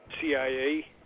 CIA